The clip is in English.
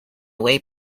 away